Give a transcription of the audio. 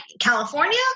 California